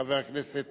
חבר הכנסת